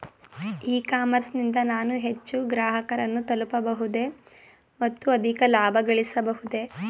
E commerce ನಿಂದ ನಾನು ಹೆಚ್ಚು ಗ್ರಾಹಕರನ್ನು ತಲುಪಬಹುದೇ ಮತ್ತು ಅಧಿಕ ಲಾಭಗಳಿಸಬಹುದೇ?